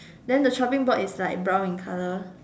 then the chopping board is like brown in colour